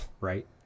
right